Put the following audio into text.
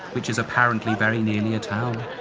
which is apparently very nearly a town.